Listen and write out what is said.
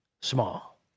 small